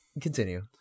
continue